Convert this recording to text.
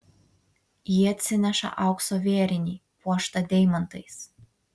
ji atsineša aukso vėrinį puoštą deimantais